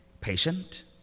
patient